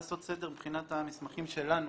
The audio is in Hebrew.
לעשות סדר מבחינת המסמכים שלנו